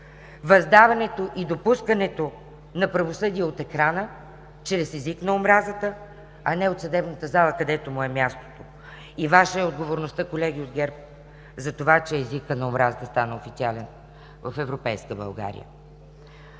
въздаването и допускането на правосъдие от екрана чрез език на омразата, а не от съдебната зала, където му е мястото. И Ваша е отговорността, колеги от ГЕРБ, за това, че езикът на омразата стана официален в европейска България.